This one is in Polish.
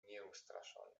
nieustraszony